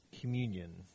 communion